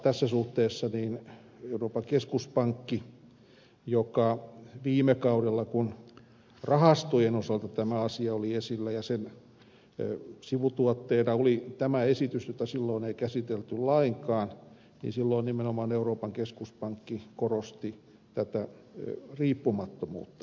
tässä suhteessa euroopan keskuspankki joka viime kaudella kun rahastojen osalta tämä asia oli esillä ja sen sivutuotteena oli tämä esitys jota silloin ei käsitelty lainkaan silloin nimenomaan korosti tätä riippumattomuutta